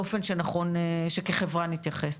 באופן שנכון שכחברה נתייחס.